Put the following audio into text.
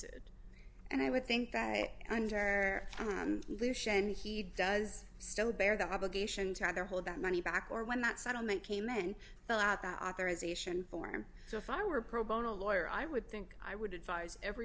it and i would think that under and louche and he does still bear the obligation to either hold that money back or when that settlement came in fill out the authorization form so if i were pro bono lawyer i would think i would advise every